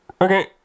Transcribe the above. Okay